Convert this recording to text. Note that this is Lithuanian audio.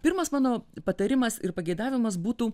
pirmas mano patarimas ir pageidavimas būtų